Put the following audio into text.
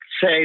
say